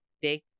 big